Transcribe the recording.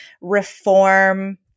reform